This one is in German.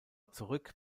zurück